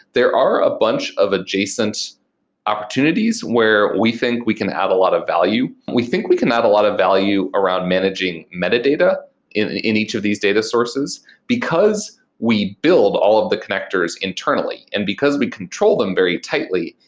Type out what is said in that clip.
there are a bunch of adjacent opportunities where we think we can add a lot of value. we think we can add a lot of value around managing metadata in in each of these data sources because we build all the connectors internally and because we control them very tightly.